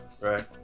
Right